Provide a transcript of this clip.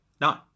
No